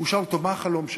הוא שאל אותו: מה החלום שלך,